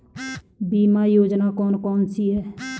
बीमा योजना कौन कौनसी हैं?